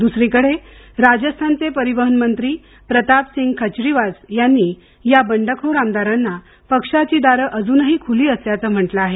दुसरीकडे राजस्थानचे परिवहन मंत्री प्रताप सिंघ खचरीवास यांनी या बंडखोर आमदारांना पक्षाची दारं अजूनही खुली असल्याचं म्हंटल आहे